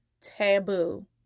taboo